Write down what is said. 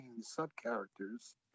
sub-characters